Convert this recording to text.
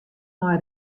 mei